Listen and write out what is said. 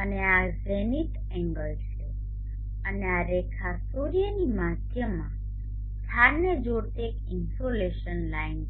અને આ zenith angle છે અને આ રેખા સૂર્યની મધ્યમાં સ્થાનને જોડતી એક ઇન્સોલેશન લાઇન છે